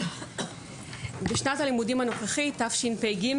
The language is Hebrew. בשנת הלימודים הנוכחית תשפ"ג,